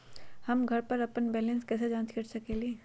हम घर पर अपन बैलेंस कैसे जाँच कर सकेली?